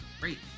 great